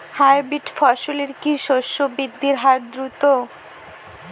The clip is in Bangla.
হাইব্রিড ফসলের কি শস্য বৃদ্ধির হার দ্রুত?